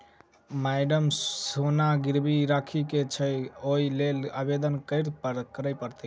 Madam सोना गिरबी राखि केँ छैय ओई लेल आवेदन करै परतै की?